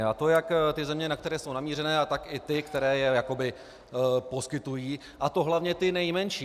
A to jak země, na které jsou namířené, tak i ty, které je jakoby poskytují, a to hlavně ty nejmenší.